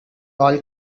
all